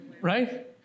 right